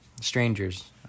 strangers